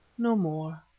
no more.